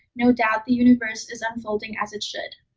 no doubt the universe is unfolding as it should.